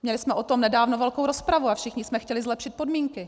Měli jsme o tom nedávno velkou rozpravu a všichni jsme chtěli zlepšit podmínky.